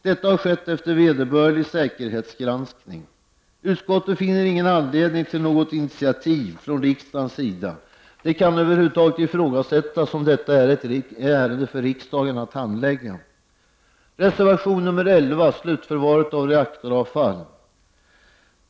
Detta har skett efter vederbörlig säkerhetsgranskning. Utskottet finner inte någon anledning till något initiativ från riksdagens sida. Det kan över huvud taget ifrågasättas om detta är ett ärende för riksdagen att handlägga. Reservation nr 11 tar upp frågan om slutförvaret för reaktoravfall.